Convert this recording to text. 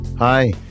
Hi